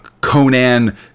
Conan